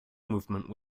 movement